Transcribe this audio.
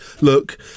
look